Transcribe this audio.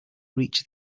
reach